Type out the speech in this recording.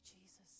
Jesus